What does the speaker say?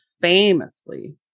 famously